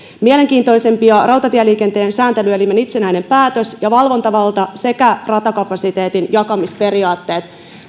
mielenkiintoisimpia ovat rautatieliikenteen sääntelyelimen itsenäinen päätös ja valvontavalta sekä ratakapasiteetin jakamisperiaatteet